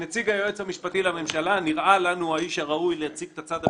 נציג היועץ המשפטי לממשלה נראה לנו האיש הראוי להציג את הצד המשפטי,